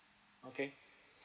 okay